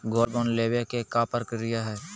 Gold bond लेवे के का प्रक्रिया हई?